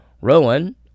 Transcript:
Rowan